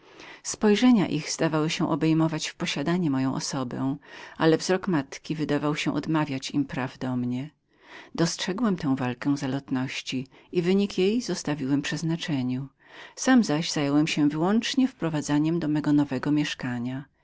spojrzenia ich zdawały się obejmować w posiadanie moją osobę któremu wzrok pełen zapału matki stawał tylko w poprzek dostrzegłem tę walkę zalotności i skutek jej zostawiłem przeznaczeniu sam zaś wyłącznie zająłem się wprowadzeniem do mego nowego mieszkania